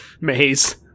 maze